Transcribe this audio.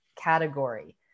category